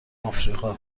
افریقا